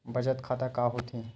बचत खाता का होथे?